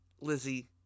Lizzie